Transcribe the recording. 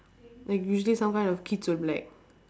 like usually some kind of kids will be like